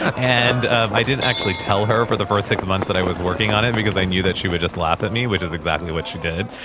and i didn't actually tell her for the first six months that i was working on it because i knew that she would just laugh at me. which is exactly what she did.